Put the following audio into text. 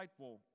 insightful